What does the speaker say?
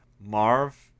marv